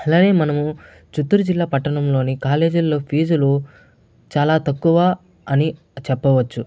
అలాగే మనము చిత్తూరు జిల్లా పట్టణంలోని కాలేజీ ల్లో ఫీజులు చాలా తక్కువ అని చెప్పవచ్చు